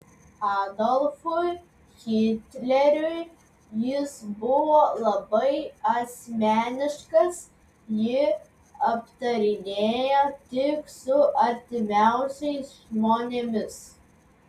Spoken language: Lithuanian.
adolfui hitleriui jis buvo labai asmeniškas jį aptarinėjo tik su artimiausiais žmonėmis